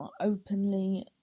openly